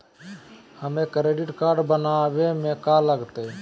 हमें debit card बनाने में का लागत?